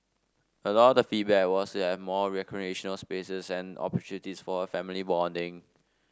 a lot of the feedback was to have more recreational spaces and opportunities for a family bonding